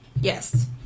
Yes